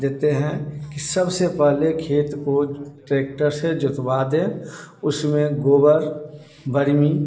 देते हैं कि सबसे पहले खेत को ट्रैक्टर से जोतवा दें उसमें गोबर बर्मी